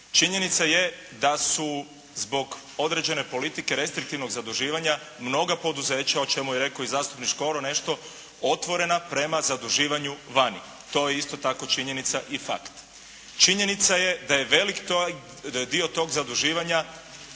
Činjenica je da su zbog određene politike restriktivnog zaduživanja mnoga poduzeća o čemu je rekao i zastupnik Škoro nešto, otvorena prema zaduživanju vani. To je isto tako činjenica i fakt. Činjenica je da je velik dio tog zaduživanja